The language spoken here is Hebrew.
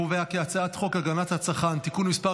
ההצעה להעביר את הצעת חוק הגנת הצרכן (תיקון מס'